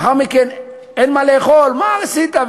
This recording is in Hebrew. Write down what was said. לאחר מכן אין מה לאכול: מה עשית?